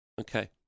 okay